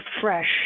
fresh